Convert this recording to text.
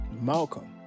Malcolm